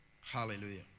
Hallelujah